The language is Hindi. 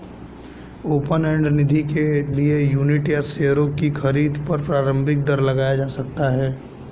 ओपन एंड निधि के लिए यूनिट या शेयरों की खरीद पर प्रारम्भिक दर लगाया जा सकता है